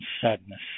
sadness